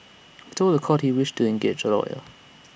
he told The Court he wished to engage A lawyer